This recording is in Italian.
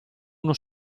uno